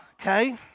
Okay